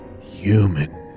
human